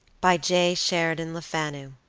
by j. sheridan lefanu